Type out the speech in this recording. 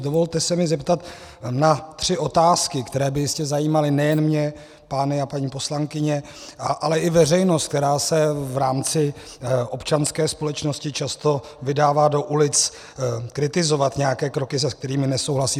Dovolte se mi zeptat na tři otázky, které by jistě zajímaly nejen mě, pány a paní poslankyně, ale i veřejnost, která se v rámci občanské společnosti často vydává do ulic kritizovat nějaké kroky, se kterými nesouhlasí.